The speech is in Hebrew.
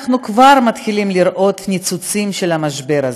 אנחנו כבר מתחילים לראות ניצוצות של המשבר הזה,